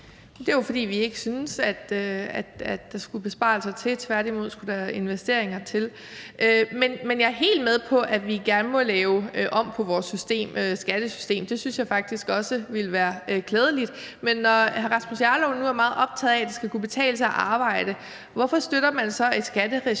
Det er jo, fordi vi ikke synes, at der skulle besparelser til, men tværtimod skulle investeringer til. Jeg er helt med på, at vi gerne må lave om på vores skattesystem, det synes jeg faktisk også ville være klædeligt, men når hr. Rasmus Jarlov nu er meget optaget af, at det skal kunne betale sig at arbejde, hvorfor støtter man så et skatteregime,